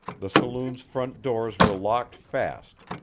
the saloon's front doors were locked fast,